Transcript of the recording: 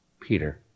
Peter